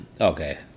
Okay